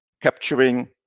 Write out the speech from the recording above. capturing